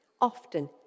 Often